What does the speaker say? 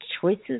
choices